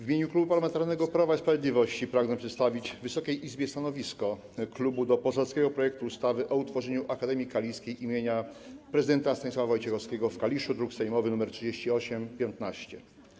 W imieniu Klubu Parlamentarnego Prawo i Sprawiedliwość pragnę przedstawić Wysokiej Izbie stanowisko klubu dotyczące poselskiego projektu ustawy o utworzeniu Akademii Kaliskiej im. Prezydenta Stanisława Wojciechowskiego w Kaliszu, druk nr 3815.